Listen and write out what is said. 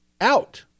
out